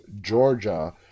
Georgia